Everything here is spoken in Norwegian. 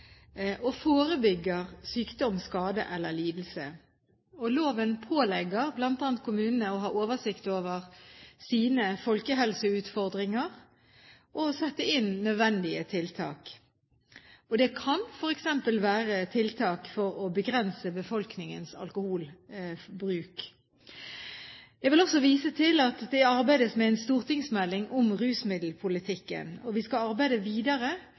og forebygger sykdom, skade eller lidelse. Loven pålegger bl.a. kommunene å ha oversikt over sine folkehelseutfordringer og sette inn nødvendige tiltak. Det kan f.eks. være tiltak for å begrense befolkningens alkoholbruk. Jeg vil også vise til at det arbeides med en stortingsmelding om rusmiddelpolitikken, og vi skal arbeide videre